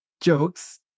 jokes